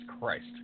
Christ